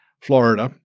Florida